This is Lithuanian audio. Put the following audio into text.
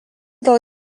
dėl